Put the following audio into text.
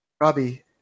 Robbie